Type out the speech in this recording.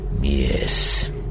yes